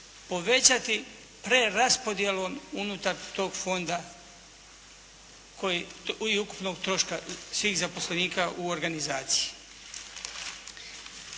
povećati preraspodjelom unutar tog fonda i ukupnog troška svih zaposlenika u organizaciji.